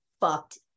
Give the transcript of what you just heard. fucked